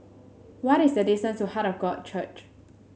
what is the distance to Heart of God Church